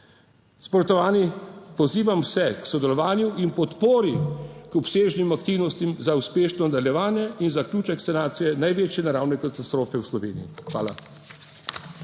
Spoštovani, pozivam vse k sodelovanju in podpori k obsežnim aktivnostim za uspešno nadaljevanje in zaključek sanacije največje naravne katastrofe v Sloveniji. Hvala.